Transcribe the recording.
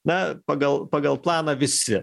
na pagal pagal planą visi